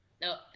No